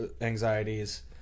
anxieties